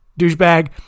douchebag